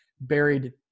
buried